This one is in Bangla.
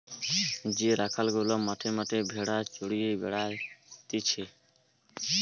যে রাখাল গুলা মাঠে মাঠে ভেড়া চড়িয়ে বেড়াতিছে